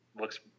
looks